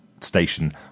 station